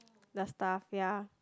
the stuff ya